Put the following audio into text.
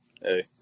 hey